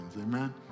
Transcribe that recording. amen